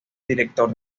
director